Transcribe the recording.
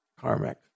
karmic